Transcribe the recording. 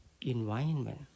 environment